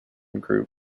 group